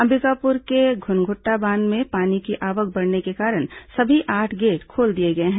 अंबिकापुर के घुनघुटटा बांध में पानी की आवक बढ़ने के कारण सभी आठ गेट खोल दिए गए हैं